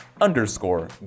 underscore